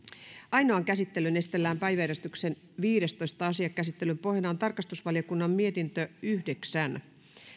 ainoaan käsittelyyn esitellään päiväjärjestyksen viidestoista asia käsittelyn pohjana on tarkastusvaliokunnan mietintö yhdeksän